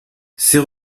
c’est